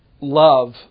love